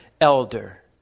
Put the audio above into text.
elder